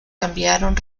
cambiaron